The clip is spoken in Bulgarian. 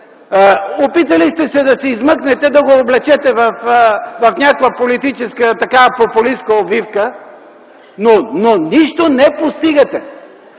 Опитали сте се да се измъкнете, да го облечете в някаква политическа популистка обвивка, но нищо не постигате!